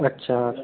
अच्छा